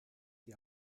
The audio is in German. die